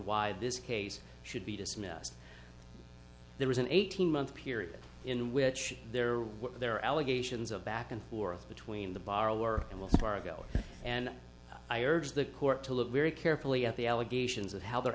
why this case should be dismissed there was an eighteen month period in which there were there are allegations of back and forth between the borrower and will far ago and i urge the court to look very carefully at the allegations of how they're